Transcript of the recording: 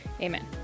amen